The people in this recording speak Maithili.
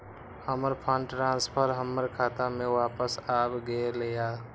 हमर फंड ट्रांसफर हमर खाता में वापस आब गेल या